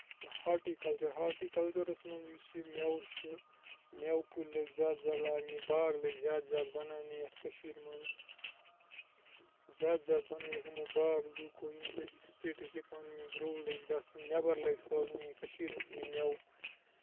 horticulture ہاٹیکلچرس منٛز یُس یہِ میوٕ چھُ میوٕ کُلۍ لٔگۍ زیادٕ زیادٕ لاگنہِ باغ لٔگۍ زیادٕ زیادٕ بَناونہِ یَتھ کٔشیٖر منٛز زیادٕ زیادٕ بَنٲیِکھ یِمو باغ لُکو ییٚمہِ سۭتۍ یہِ سِٹیٹٕچ اِکانمی گروو لٔجۍ گژھِنہِ نٮ۪بر لٔگۍ سوزنہِ یہِ کٔشیٖر ہُند یہِ میوٕ